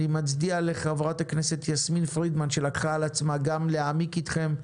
אני מצדיע לחברת הכנסת יסמין פרידמן שלקחה על עצמה גם להעמיק אתכם,